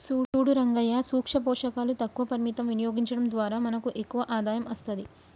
సూడు రంగయ్యా సూక్ష పోషకాలు తక్కువ పరిమితం వినియోగించడం ద్వారా మనకు ఎక్కువ ఆదాయం అస్తది